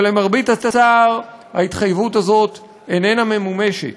אבל למרבה הצער ההתחייבות הזאת איננה ממומשת.